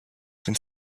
been